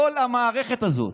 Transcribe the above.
כל המערכת הזאת.